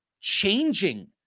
changing